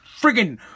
friggin